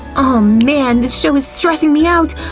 oh man, this show is stressing me out,